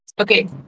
Okay